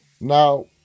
Now